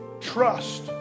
trust